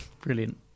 Brilliant